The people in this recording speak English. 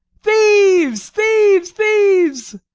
thieves! thieves! thieves!